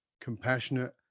compassionate